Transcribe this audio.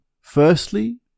Firstly